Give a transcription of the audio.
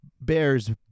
bears